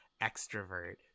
extrovert